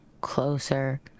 Closer